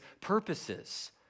purposes